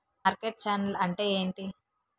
Market channel అంటే ఏంటి?